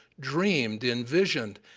dreamed, envisioned,